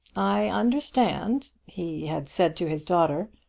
i understand, he had said to his daughter.